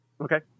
Okay